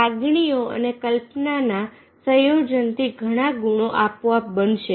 લાગણી અને કલ્પના ના સંયોજનથી ઘણા ગુણો આપોઆપ બનશે